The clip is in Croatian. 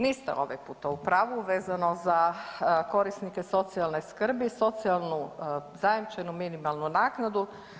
Niste ovaj puta u pravu vezano za korisnike socijalne skrbi, socijalnu zajamčenu minimalnu naknadu.